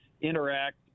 interact